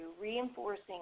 reinforcing